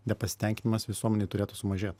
nepasitenkinimas visuomenėj turėtų sumažėt